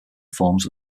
forms